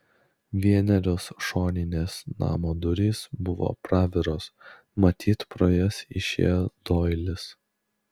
vienerios šoninės namo durys buvo praviros matyt pro jas išėjo doilis